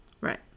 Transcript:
Right